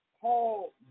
Paul